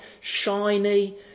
shiny